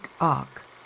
arc